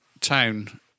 town